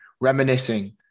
reminiscing